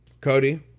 Cody